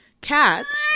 Cats